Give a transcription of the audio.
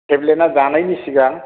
टेब्लेटया जानायनि सिगां